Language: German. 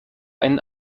einen